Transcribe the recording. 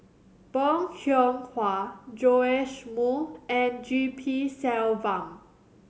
Bong Hiong Hwa Joash Moo and G P Selvam